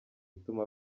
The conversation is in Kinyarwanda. ituma